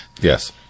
Yes